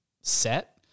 set